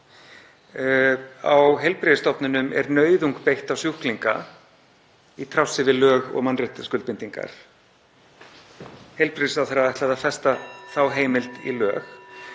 Á heilbrigðisstofnunum er nauðung beitt á sjúklinga í trássi við lög og mannréttindaskuldbindingar. Heilbrigðisráðherra ætlaði að festa þá heimild í lög.